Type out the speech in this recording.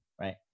Right